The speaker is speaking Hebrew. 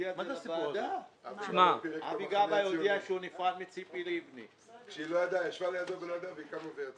כל הבקשות שכבר הוגשו ימשיך לחול עליהם ההליך הקיים לפי החוק